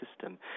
system